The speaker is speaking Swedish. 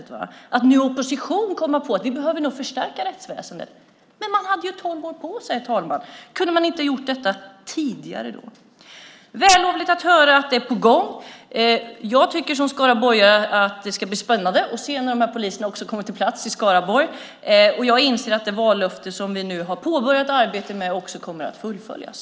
Nu i opposition har Socialdemokraterna kommit på att rättsväsendet nog behöver förstärkas. Men de hade tolv år på sig. Kunde Socialdemokraterna inte ha gjort detta tidigare? Det är vällovligt att höra att det är på gång. Som skaraborgare tycker jag att det ska bli spännande att se när dessa poliser också kommer på plats i Skaraborg. Jag inser att det vallöfte som vi nu har påbörjat arbetet med också kommer att fullföljas.